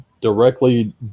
directly